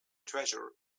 treasure